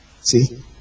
See